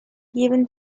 given